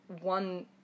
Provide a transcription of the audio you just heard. one